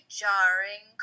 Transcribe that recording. jarring